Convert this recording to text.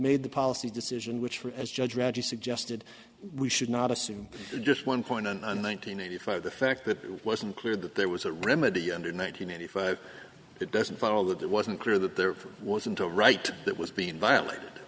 made the policy decision which for as judge reggie suggested we should not assume just one point and one nine hundred eighty five the fact that it wasn't clear that there was a remedy under nine hundred eighty five it doesn't fit all that it wasn't clear that there wasn't a right that was being violent